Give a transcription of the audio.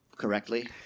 correctly